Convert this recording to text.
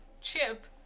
Chip